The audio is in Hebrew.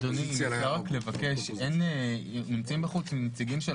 אדוני , אין פה אף נציג של